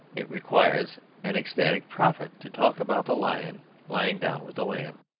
it requires an ecstatic prophet, to talk about the lion lying down with the lamb.